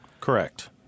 Correct